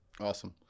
Awesome